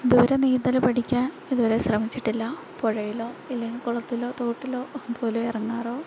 ഇതുവരെ നീന്തൽ പഠിക്കാൻ ഇതുവരെ ശ്രമിച്ചിട്ടില്ല പുഴയിലോ ഇല്ലെങ്കിൽ കുളത്തിലോ തോട്ടിലോ പോലും ഇറങ്ങാറോ